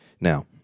Now